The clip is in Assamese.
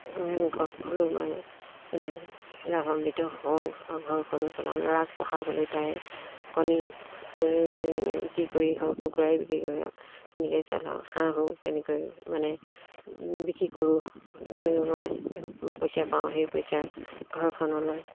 সংখ্যক হ'লেও মানে মানে লাভাম্বিত হওঁ আৰু ঘৰখনো চলাওঁ ল'ৰাক পঢ়াবলৈ তাৰে কণী কণী মানে বিক্ৰী কৰি হওক কুকুৰাই বিক্ৰী কৰি হওক তেনেকৈয়ে চলাওঁ হাঁহ হওক তেনেকৈ মানে বিক্ৰী কৰোঁ মই পইচা পাওঁ সেই পইচা ঘৰখনলৈ